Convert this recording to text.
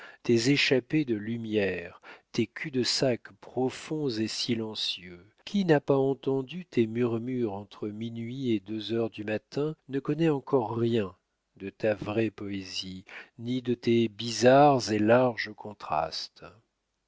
tes échappées de lumière tes culs-de-sac profonds et silencieux qui n'a pas entendu tes murmures entre minuit et deux heures du matin ne connaît encore rien de ta vraie poésie ni de tes bizarres et larges contrastes